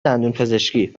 دندونپزشکی